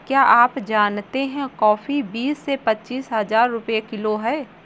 क्या आप जानते है कॉफ़ी बीस से पच्चीस हज़ार रुपए किलो है?